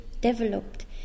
developed